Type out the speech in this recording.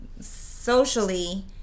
socially